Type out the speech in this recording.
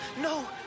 No